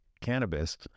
cannabis